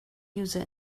user